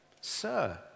Sir